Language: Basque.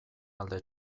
alde